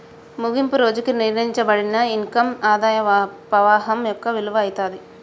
ముగింపు రోజుకి నిర్ణయింపబడిన ఇన్కమ్ ఆదాయ పవాహం యొక్క విలువ అయితాది